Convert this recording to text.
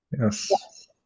Yes